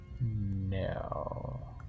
No